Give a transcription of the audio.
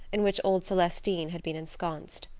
in which old celestine had been ensconced.